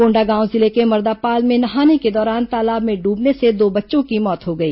कोंडागांव जिले के मर्दापाल में नहाने के दौरान तालाब में डूबने से दो बच्चों की मौत हो गई